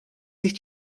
sich